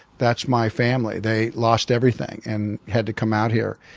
that's my family. they lost everything and had to come out here.